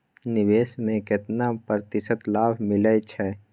निवेश में केतना प्रतिशत लाभ मिले छै?